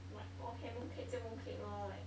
like okay mooncake 就 mooncake lor like